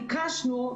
ביקשנו,